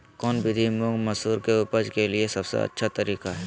कौन विधि मुंग, मसूर के उपज के लिए सबसे अच्छा तरीका है?